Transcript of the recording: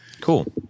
Cool